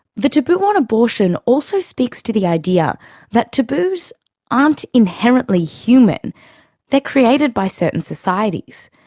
the taboo on abortion also speaks to the idea that taboos aren't inherently human they're created by certain societies,